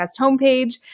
homepage